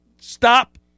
Stop